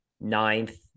ninth